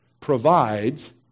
provides